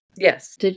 Yes